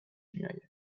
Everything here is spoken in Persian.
میآید